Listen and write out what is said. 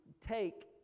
take